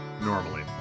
normally